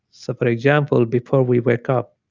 so but example, before we wake up,